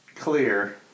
Clear